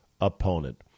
opponent